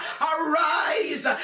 arise